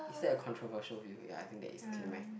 is that a controversial view ya I think that is okay never mind